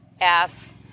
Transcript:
ass